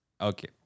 Okay